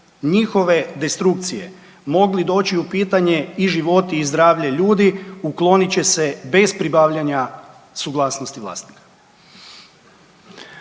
njihove destrukcije mogli doći u pitanje i životi i zdravlje ljudi uklonit će se bez pribavljanja suglasnosti vlasnika.